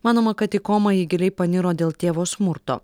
manoma kad į komą ji giliai paniro dėl tėvo smurto